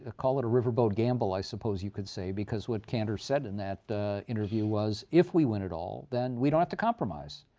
ah call it a riverboat gamble, i suppose you could say. because what cantor said in that interview was, if we win it all, then we don't have to compromise.